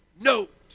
note